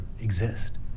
exist